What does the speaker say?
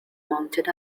mounted